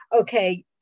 okay